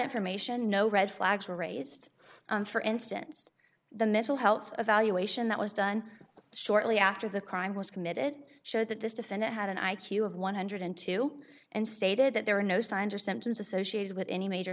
information no red flags were raised for instance the mental health evaluation that was done shortly after the crime was committed showed that this defendant had an i q of one hundred and two and stated that there were no signs or symptoms associated with any major